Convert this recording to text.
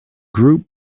group